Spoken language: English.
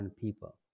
people